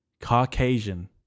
Caucasian